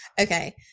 Okay